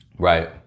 Right